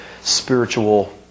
spiritual